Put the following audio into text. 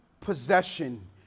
possession